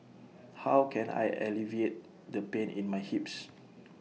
how can I alleviate the pain in my hips